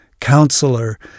Counselor